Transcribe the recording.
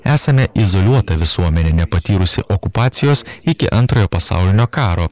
esame izoliuota visuomenė nepatyrusi okupacijos iki antrojo pasaulinio karo